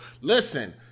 Listen